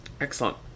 Excellent